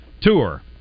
tour